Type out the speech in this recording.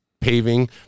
paving